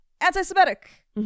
anti-Semitic